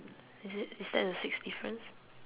is it is that the sixth difference